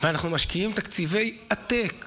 ואנחנו משקיעים תקציבי עתק